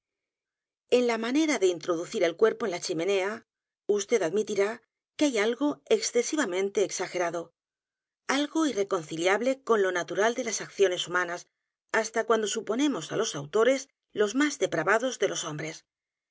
en la manera de introducir el cuerpo en la c h i menea vd admitirá que hay algo excesivamente exagerado algo irreconciliable con lo natural de las acciones h u m a n a s hasta cuando suponemos á los autores los más depravados de los hombres